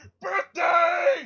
Birthday